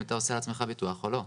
אם אתה עושה לעצמך ביטוח או לא.